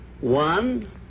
One